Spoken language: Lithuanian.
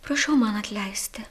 prašau man atleisti